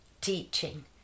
teaching